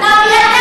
אתה,